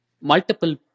multiple